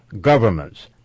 governments